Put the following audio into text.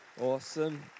Awesome